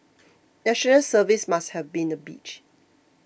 National Service must have been a bitch